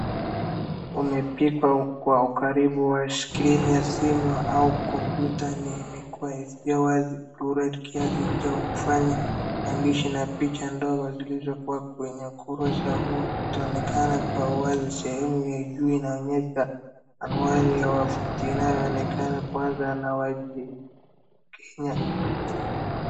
Imepigwa kwa ukaribu wa screen[/s] ya simu au kompyuta na imekuwa isiyo wazi blured kiasi cha kufanya maandishi na picha ndogo zilizokuwa kwenye kurasa huo kutokuonekana kwa uwazi. Sehemu ya juu inaonyesha anwani ya wavuti inayoelekeana kuanza na wakenya.